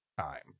time